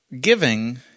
Giving